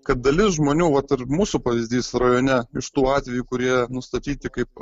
kad dalis žmonių vat ir mūsų pavyzdys rajone iš tų atvejų kurie nustatyti kaip